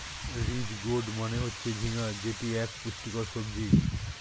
ridge gourd মানে হচ্ছে ঝিঙ্গা যেটি এক পুষ্টিকর সবজি